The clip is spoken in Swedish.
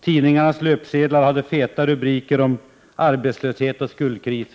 Tidningarnas löpsedlar hade feta rubriker om arbetslöshet och skuldkris.